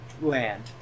land